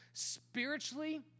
spiritually